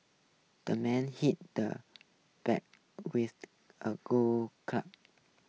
the man hit the bag with a golf club